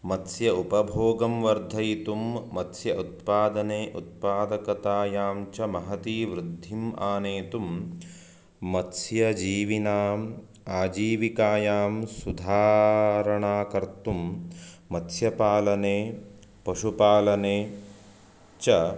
मत्स्य उपभोगं वर्धयितुं मत्स्य उत्पादने उत्पादकतायां च महती वृद्धिम् आनेतुं मत्स्य जीविनाम् आजीविकायां सुधारणाकर्तुं मत्स्यपालने पशुपालने च